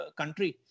country